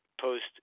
post